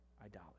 idolatry